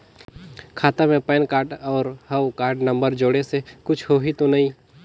खाता मे PAN card और हव कारड नंबर जोड़े से कुछ होही तो नइ?